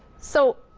so